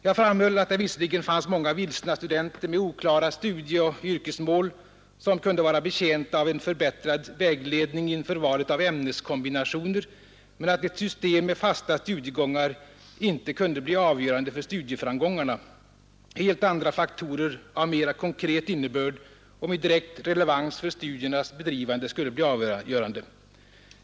Jag framhöll att det visserligen fanns många vilsna studenter med oklara studieoch yrkesmål som kunde vara betjänta av en förbättrad vägledning inför valet av ämneskombinationer, men att ett system med fasta studiegångar inte kunde bli avgörande för studieframgångarna. Helt andra faktorer av mer konkret innebörd och med direkt relevans för studiernas bedrivande skulle bli avgörande.